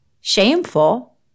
shameful